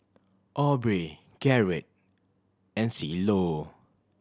Aubrey Garett and Cielo